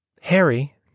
Harry